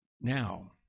Now